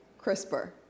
CRISPR